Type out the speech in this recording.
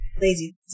Lazy